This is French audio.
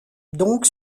donc